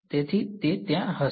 તેથી તે ત્યાં હશે